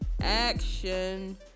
action